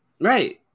Right